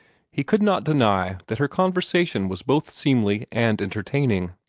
he could not deny that her conversation was both seemly and entertaining.